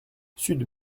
sud